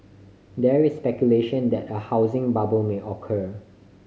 there is speculation that a housing bubble may occur